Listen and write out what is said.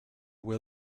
will